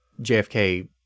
JFK